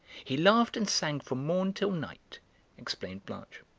he laughed and sang from morn till night explained blanche.